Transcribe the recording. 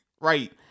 Right